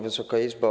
Wysoka Izbo!